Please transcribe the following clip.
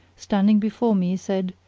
standing before me said,